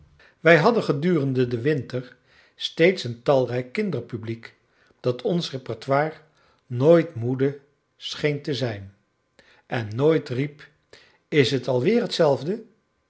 wij hadden gedurende den winter steeds een talrijk kinderpubliek dat ons repertoire nooit moede scheen te zijn en nooit riep is het alweer hetzelfde